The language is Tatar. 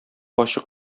ачык